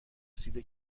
رسیده